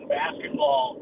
basketball